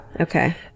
okay